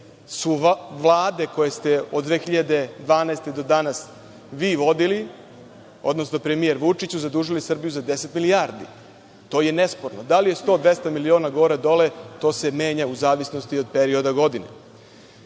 su vlade koje ste od 2012. godine do danas vi vodili, odnosno premijer Vučić, zadužile Srbiju za 10 milijardi. To je nesporno. Da li je 100, 200 miliona gore dole, to se menja u zavisnosti od perioda